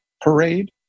Parade